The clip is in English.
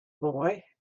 boy